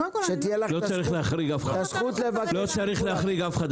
שתהיה לך את הזכות לבקש פיקוח --- לא צריך להחריג אף אחד,